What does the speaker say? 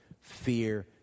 fear